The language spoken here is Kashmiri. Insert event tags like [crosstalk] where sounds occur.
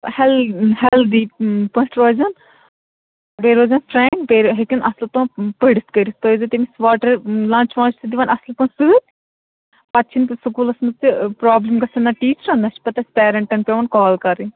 ہٮ۪ل ہٮ۪لدی پٲٹھۍ روزٮ۪ن بیٚیہِ روزٮ۪ن [unintelligible] بیٚیہِ ہٮ۪کَن اصٕل پہم پٔرِتھ کٔرِتھ تُہۍ ٲسۍزیو تٔمِس واٹَر لَنٛچ وَنچ تہِ دِوان اصٕل پٲٹھۍ سۭتۍ پَتہٕ چھِنہٕ سُکوٗلَس منٛز تہِ پرٛابلِم گژھان نہ ٹیٖچِرَن نہ چھِ پتہٕ اَسہِ پٮ۪رَنٹَن پٮ۪وان کال کَرٕنۍ